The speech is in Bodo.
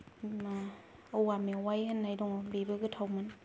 मा औवा मेवाय होननाय दङ बेबो गोथावमोन